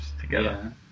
together